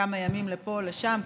כמה ימים לפה או לשם,